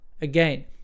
again